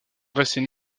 dresser